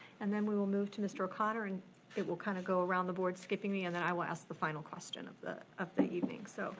and then we will move to mr. o'connor and it will kinda kind of go around the board, skipping me, and then i will ask the final question of the of the evening. so